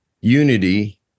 unity